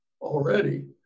already